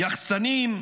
יחצנים,